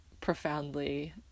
profoundly